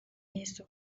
yesu